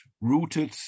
rooted